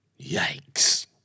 Yikes